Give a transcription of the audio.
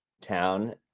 town